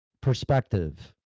perspective